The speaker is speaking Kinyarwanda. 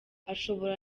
ashobora